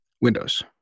Windows